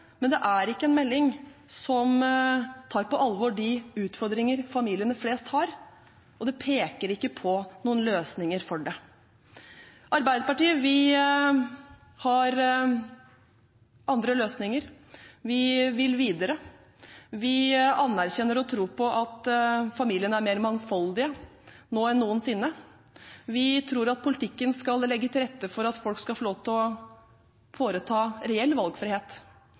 men det er ikke en melding som tar på alvor de utfordringene familier flest har, og den peker ikke på noen løsninger for dem. Vi i Arbeiderpartiet har andre løsninger. Vi vil videre. Vi anerkjenner og tror på at familiene er mer mangfoldige nå enn noensinne. Vi tror at politikken skal legge til rette for at folk skal få lov til å ha reell valgfrihet.